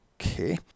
Okay